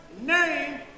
name